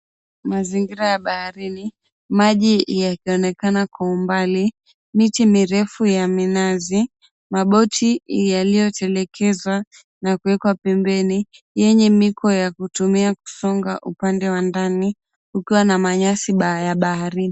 Mazingira ya baharini, maji yakionekana kwa umbali. Miti mirefu ya minazi, maboti yaliyotelekezwa na kuwekwa pembeni, yenye miko ya kutumia kusonga upande wa ndani. Kukiwa na manyasi ya baharini.